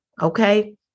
Okay